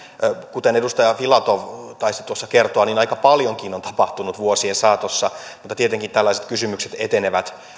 kuten edustaja filatov taisi kertoa niin aika paljonkin on tapahtunut vuosien saatossa mutta tietenkin tällaiset kysymykset etenevät